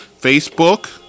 Facebook